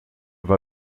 war